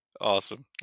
Awesome